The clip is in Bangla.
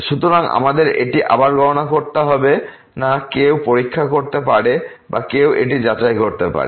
সুতরাং আমাদের এটি আবার গণনা করতে হবে না কেউ পরীক্ষা করতে পারে বা কেউ এটি যাচাই করতে পারে